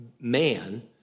man